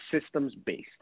systems-based